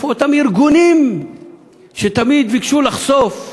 איפה אותם ארגונים שתמיד ביקשו לחשוף ולדעת?